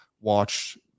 watch